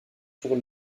sur